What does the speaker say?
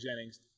Jennings